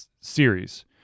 series